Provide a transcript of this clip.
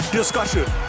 discussion